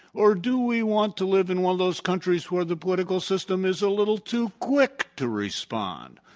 or do we want to live in one of those countries where the political system is a little too quick to respond?